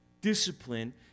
Discipline